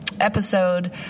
episode